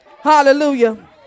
hallelujah